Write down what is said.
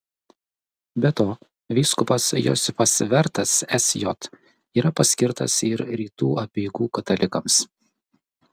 be to vyskupas josifas vertas sj yra paskirtas ir rytų apeigų katalikams